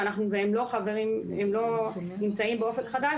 הם לא נמצאים ב"אופק חדש",